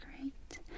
great